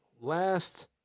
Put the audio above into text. last